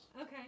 Okay